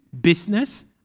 business